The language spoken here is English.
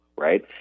Right